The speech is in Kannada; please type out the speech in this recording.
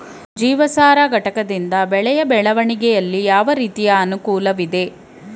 ಜೀವಸಾರ ಘಟಕದಿಂದ ಬೆಳೆಯ ಬೆಳವಣಿಗೆಯಲ್ಲಿ ಯಾವ ರೀತಿಯ ಅನುಕೂಲವಿದೆ?